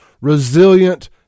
resilient